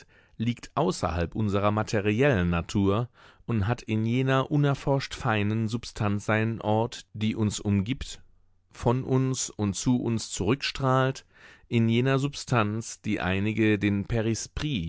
liegt außerhalb unserer materiellen natur und hat in jener unerforscht feinen substanz seinen ort die uns umgibt von uns und zu uns zurückstrahlt in jener substanz die einige den